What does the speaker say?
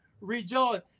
Rejoice